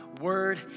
word